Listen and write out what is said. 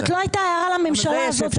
זאת לא הייתה הערה לממשלה הזאת,